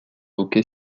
hockey